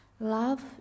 Love